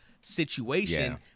situation